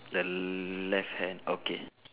the left hand okay